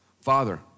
Father